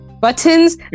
buttons